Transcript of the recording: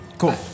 Cool